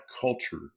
culture